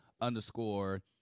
underscore